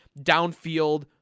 downfield